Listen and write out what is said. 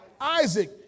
Isaac